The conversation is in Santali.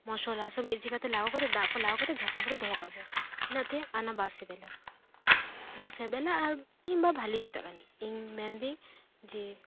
ᱢᱚᱥᱞᱟ ᱥᱚᱵ ᱢᱤᱫ ᱥᱟᱶᱛᱮ ᱞᱟᱜᱟᱣ ᱠᱟᱛᱮ ᱫᱟᱜ ᱠᱚ ᱞᱟᱜᱟᱣ ᱠᱟᱛᱮ ᱡᱷᱟᱯᱟ ᱠᱟᱛᱮ ᱫᱚᱦᱚ ᱠᱟᱜ ᱵᱚ ᱤᱱᱟᱹᱜ ᱛᱮ ᱚᱱᱟ ᱵᱟ ᱥᱤᱵᱤᱞᱟ ᱵᱟ ᱥᱤᱵᱤᱞᱟ ᱠᱤᱢᱵᱟ ᱵᱷᱟᱹᱞᱤ ᱢᱮᱛᱟᱜ ᱠᱟᱱᱟᱧ ᱤᱧ ᱢᱮᱱᱮᱫᱟᱹᱧ ᱡᱮ